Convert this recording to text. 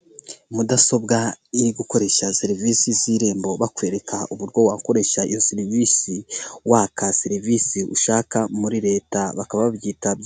Mudasobwa iri gukoresha serivisi z'Irembo, bakwereka uburyo wakoresha iyo serivisi waka serivisi ushaka muri leta bakaba babyita...